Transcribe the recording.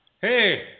Hey